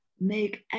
make